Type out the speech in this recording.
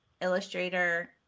Illustrator